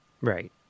right